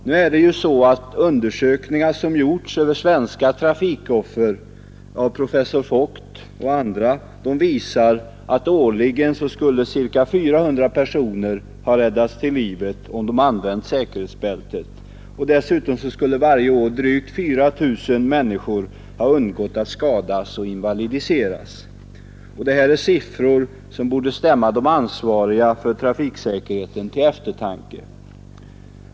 Nu är det ju så, att undersökningar som gjorts av professor Voigt och andra över svenska trafikoffer visar att årligen ca 400 personer skulle ha räddats till livet, om de hade använt säkerhetsbältet. Dessutom skulle varje år drygt 4 000 människor ha undgått att skadas och invalidiseras. Det är siffror som borde stämma de ansvariga för trafiksäkerheten till eftertanke.